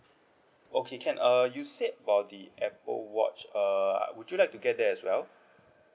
okay can uh you said about the apple watch uh would you like to get that as well